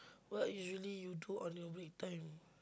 what usually you do on your break time